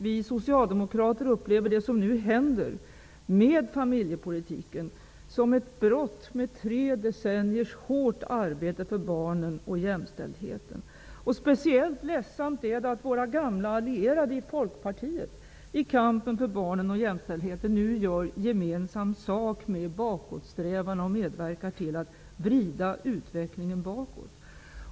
Vi socialdemokrater upplever det som nu händer med familjepolitiken som ett brott med tre decenniers hårt arbete för barnen och jämställdheten. Speciellt ledsamt är det att se gamla allierade i Folkpartiet i kampen för barnen och jämställdheten nu göra gemensam sak med bakåtsträvarna och medverka till att vrida utvecklingen tillbaka.